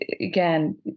again